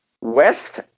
West